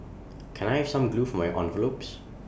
can I have some glue for my envelopes